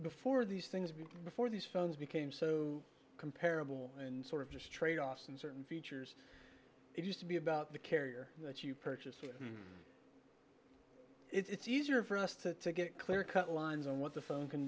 before these things before these phones became so comparable and sort of just tradeoffs and certain features it used to be about the carrier that you purchased it's easier for us to get clear cut lines on what the phone can